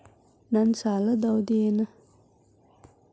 ನನ್ನ ಸಾಲದ ಅವಧಿ ಏನು?